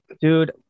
Dude